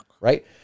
Right